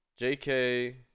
JK